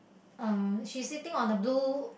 um she sitting on a blue